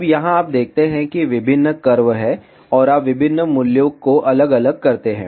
अब यहाँ आप देखते हैं कि विभिन्न कर्व हैं और आप विभिन्न मूल्यों को अलग अलग करते हैं